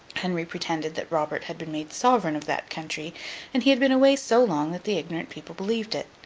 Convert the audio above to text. henry pretended that robert had been made sovereign of that country and he had been away so long, that the ignorant people believed it.